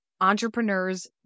entrepreneurs